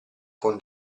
con